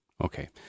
Okay